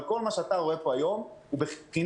אבל כל מה שאתה רואה פה היום הוא בחינם.